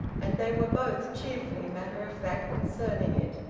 and they were both cheerfully matter-of-fact concerning it.